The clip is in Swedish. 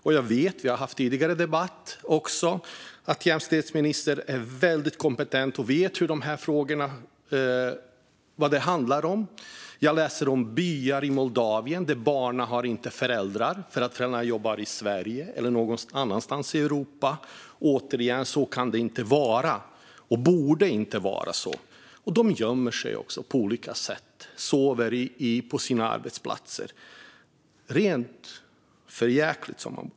Vi har också haft tidigare debatter, och jag vet att jämställdhetsministern är väldigt kompetent och vet vad dessa frågor handlar om. Jag har läst om byar i Moldavien där barnen inte träffar sina föräldrar för att de jobbar i Sverige eller någon annanstans i Europa. Så kan det inte vara, och det borde inte vara så. Dessa människor gömmer sig också på olika sätt, och de sover på sina arbetsplatser. Det är för jäkligt.